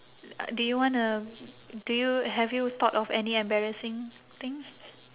do you wanna do you have you thought of any embarrassing thing